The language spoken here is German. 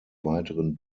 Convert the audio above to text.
weiteren